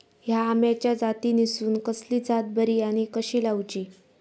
हया आम्याच्या जातीनिसून कसली जात बरी आनी कशी लाऊची?